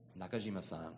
nakajima-san